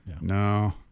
No